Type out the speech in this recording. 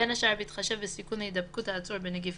בין השאר בהתחשב בסיכון להידבקות העצור בנגיף